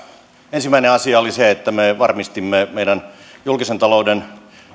ensimmäinen asia oli se että me varmistimme meidän julkisen talouden